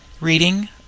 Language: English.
Reading